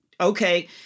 okay –